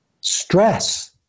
Stress